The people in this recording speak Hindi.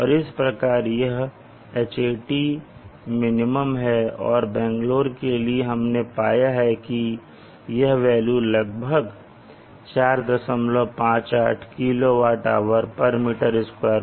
इस प्रकार यह Hatmin है और बैंगलोर के लिए हमने पाया कि यह वेल्यू लगभग 458 kWhm2day है